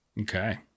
Okay